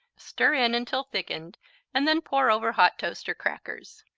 stir in until thickened and then pour over hot toast or crackers.